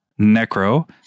Necro